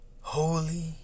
Holy